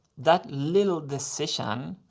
that little decision.